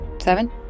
Seven